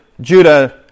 Judah